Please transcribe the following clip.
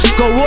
go